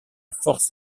force